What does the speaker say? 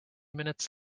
minutes